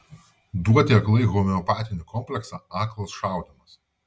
duoti aklai homeopatinį kompleksą aklas šaudymas